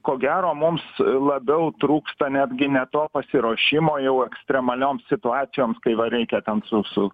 ko gero mums labiau trūksta netgi ne to pasiruošimo jau ekstremalioms situacijoms kai va reikia ten su su